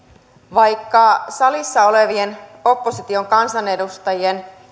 vaikka salissa olevien opposition kansanedustajien